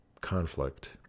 conflict